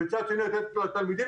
בצד שני, לתת לתלמידים.